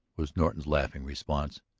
was norton's laughing response.